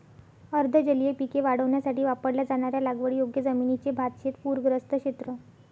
अर्ध जलीय पिके वाढवण्यासाठी वापरल्या जाणाऱ्या लागवडीयोग्य जमिनीचे भातशेत पूरग्रस्त क्षेत्र